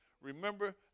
Remember